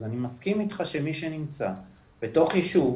אז אני מסכים איתך, שמי שנמצא בתוך יישוב